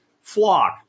flock